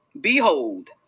behold